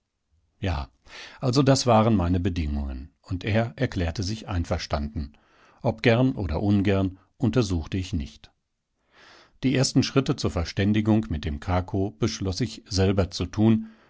ja also das waren meine bedingungen und er erklärte sich einverstanden ob gern oder ungern untersuchte ich nicht die ersten schritte zur verständigung mit dem krakow beschloß ich selber zu tun